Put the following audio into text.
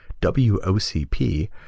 WOCP